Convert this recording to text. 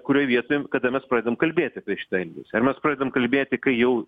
kurioj vietoj kada mes pradedam kalbėt apie šitą ar mes pradedam kalbėti kai jau